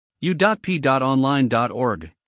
u.p.online.org